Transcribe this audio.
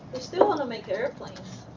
we still want to make airplanes.